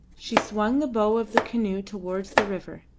she swung the bow of the canoe towards the river,